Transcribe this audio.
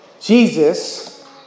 Jesus